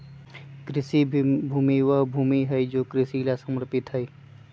कृषि भूमि वह भूमि हई जो कृषि ला समर्पित हई